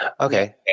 Okay